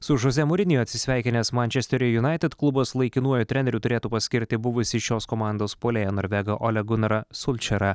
su žozė morinju atsisveikinęs mančesterio junaitid klubas laikinuoju treneriu turėtų paskirti buvusį šios komandos puolėją norvegą olę gunarą sulčerą